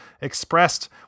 expressed